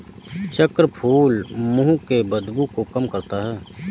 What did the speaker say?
चक्रफूल मुंह की बदबू को कम करता है